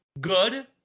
good